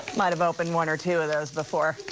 might have opened one or two of those before.